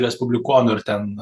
respublikonui ir ten